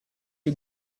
you